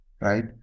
right